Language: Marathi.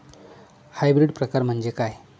हायब्रिड प्रकार म्हणजे काय?